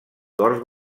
corts